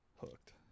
hooked